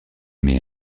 aimée